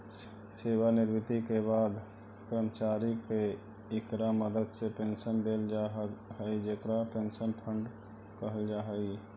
सेवानिवृत्ति के बाद कर्मचारि के इकरा मदद से पेंशन देल जा हई जेकरा पेंशन फंड कहल जा हई